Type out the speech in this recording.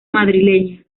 madrileña